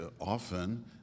often